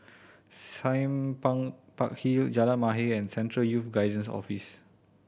Sime Park Hill Jalan Mahir and Central Youth Guidance Office